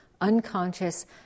unconscious